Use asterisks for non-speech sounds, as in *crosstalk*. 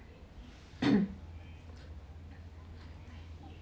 *noise*